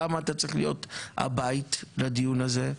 למה אתה צריך להיות הבית לדיון הזה?